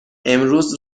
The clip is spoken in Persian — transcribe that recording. امروز